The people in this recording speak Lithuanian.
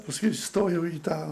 paskui įstojau į tą